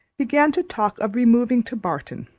began to talk of removing to barton.